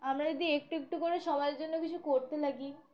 আমরা যদি একটু একটু করে সবার জন্য কিছু করতে লাগি